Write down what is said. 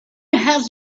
has